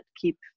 keep